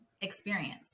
experience